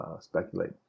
speculate